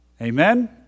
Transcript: Amen